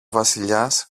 βασιλιάς